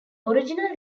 original